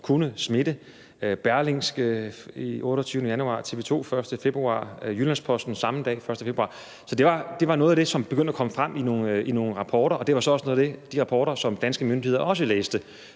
kunne smitte – Berlingske den 28. januar, TV 2 den 1. februar, Jyllands-Posten samme dag, altså den 1. februar. Det var noget af det, som begyndte at komme frem i nogle rapporter, og det var så også noget af det, altså de her rapporter, som danske myndigheder også læste,